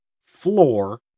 floor